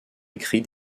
écrit